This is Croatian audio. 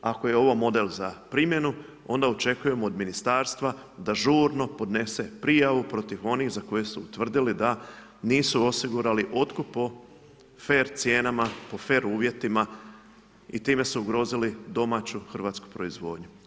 ako je ovo model za primjenu, onda očekujem od ministarstva da žurno podnese prijavu protiv onih za koje su utvrdili da nisu osigurali otkup po fer cijenama, po fer uvjetima i time su ugrozili domaću hrvatsku proizvodnju.